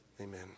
Amen